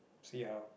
see how